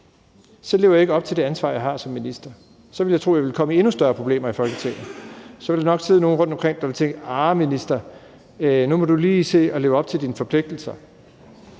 Så lever jeg ikke op til det ansvar, jeg har som minister, og så ville jeg tro, at jeg ville komme i endnu større problemer i Folketinget. Så ville der nok sidde nogle rundtomkring, der ville tænke: Arh, minister, nu må du lige se at leve op til dine forpligtelser.